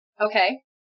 Okay